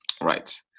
right